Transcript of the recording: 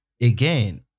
Again